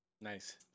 Nice